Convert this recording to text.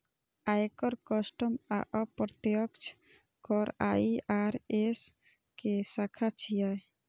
आयकर, कस्टम आ अप्रत्यक्ष कर आई.आर.एस के शाखा छियै